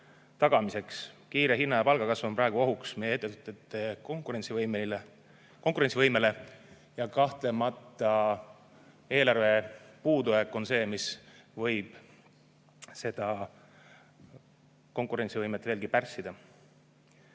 tagamiseks. Kiire hinna- ja palgakasv on praegu ohuks meie ettevõtete konkurentsivõimele ja kahtlemata on eelarve puudujääk see, mis võib seda konkurentsivõimet veelgi pärssida.